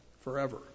forever